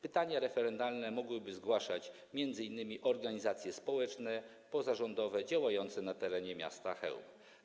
Pytania referendalne mogłyby zgłaszać m.in. organizacje społeczne i pozarządowe działające na terenie miasta Chełma.